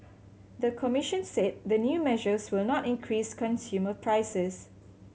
the commission said the new measures will not increase consumer prices